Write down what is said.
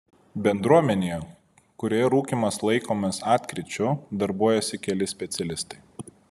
bendruomenėje kurioje rūkymas laikomas atkryčiu darbuojasi keli specialistai